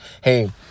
Hey